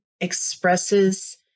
expresses